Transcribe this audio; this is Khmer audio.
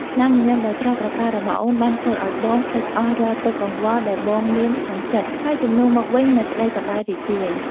ស្នាមញញឹមដ៏ស្រស់ត្រកាលរបស់អូន បានធ្វើឱ្យបងភ្លេចអស់រាល់ទុក្ខកង្វល់ដែលបងមានក្នុងចិត្ត ហើយជំនួសមកវិញនូវក្តីសប្បាយរីករាយ។